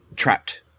Trapped